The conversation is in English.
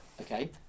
okay